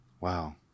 wow